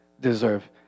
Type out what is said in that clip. deserve